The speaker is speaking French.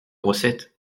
recette